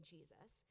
Jesus